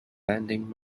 lending